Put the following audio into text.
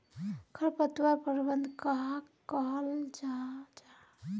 खरपतवार प्रबंधन कहाक कहाल जाहा जाहा?